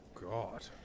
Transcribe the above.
God